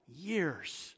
years